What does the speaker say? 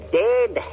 dead